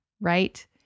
right